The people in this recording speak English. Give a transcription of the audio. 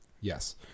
yes